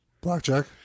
Blackjack